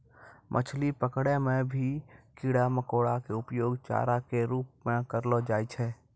मछली पकड़ै मॅ भी कीड़ा मकोड़ा के उपयोग चारा के रूप म करलो जाय छै